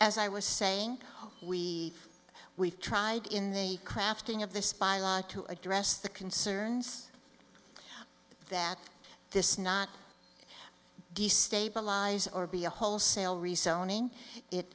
as i was saying we we've tried in the crafting of this by law to address the concerns that this is not destabilize or be a wholesale rezoning it